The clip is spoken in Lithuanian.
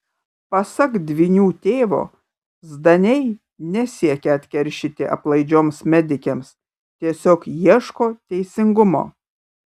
pasak dvynių tėvo zdaniai nesiekia atkeršyti aplaidžioms medikėms tiesiog ieško teisingumo